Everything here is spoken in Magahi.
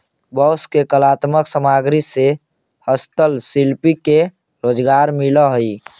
बांस के कलात्मक सामग्रि से हस्तशिल्पि के रोजगार मिलऽ हई